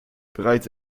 bereits